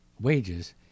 wages